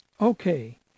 Okay